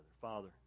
Father